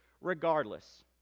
regardless